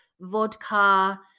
vodka